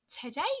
Today